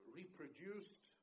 reproduced